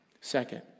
Second